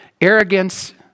Arrogance